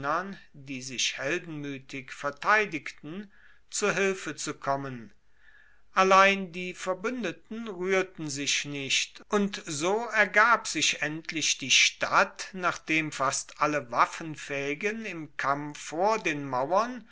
die sich heldenmuetig verteidigten zu hilfe zu kommen allein die verbuendeten ruehrten sich nicht und so ergab sich endlich die stadt nachdem fast alle waffenfaehigen im kampf vor den mauern